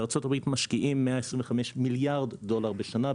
בארצות הברית משקיעים 125 מיליארד דולר בשנה,